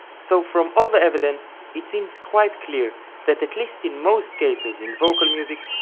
so from all the evidence, it seems quite clear that at least in most cases in vocal music,